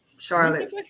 charlotte